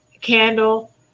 candle